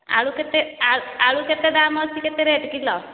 ଆଳୁ କେତେ ଆଳୁ ଆଳୁ କେତେ ଦାମ୍ ଅଛି କେତେ ରେଟ୍ କିଲୋ